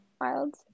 Wild